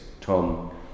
Tom